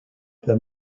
the